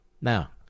Now